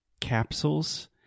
capsules